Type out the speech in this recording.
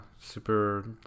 super